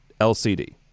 LCD